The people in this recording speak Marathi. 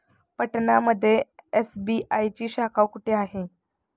पटना मध्ये एस.बी.आय ची शाखा कुठे आहे?